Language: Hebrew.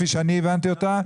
כפי שאני הבנתי אותה,